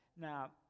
now